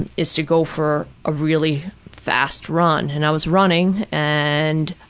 and is to go for a really fast run. and i was running, and,